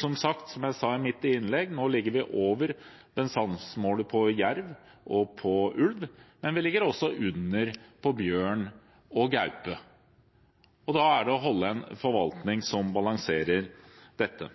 Som jeg sa i mitt innlegg, ligger vi nå over bestandsmålet på jerv og ulv, men vi ligger under på bjørn og gaupe. Da gjelder det å ha en forvaltning som balanserer dette.